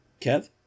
Kev